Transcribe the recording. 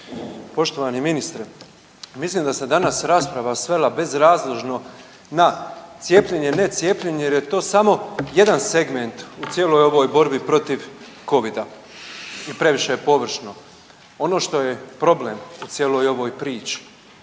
Poštovani ministre, mislim da se danas rasprava svela bezrazložno na cijepljenje, ne cijepljenje jer je to samo jedan segment u cijeloj ovoj borbi protiv Covida i previše je površno. Ono što je problem u cijeloj ovoj priči